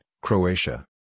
Croatia